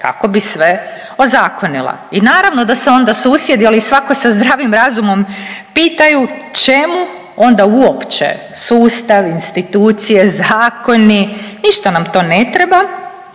kako bi sve ozakonila. I naravno da se onda susjed ili svatko da zdravim razumom pitaju čemu onda uopće sustav, institucije, zakoni. Ništa nam to ne treba.